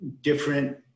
different